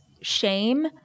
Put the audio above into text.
shame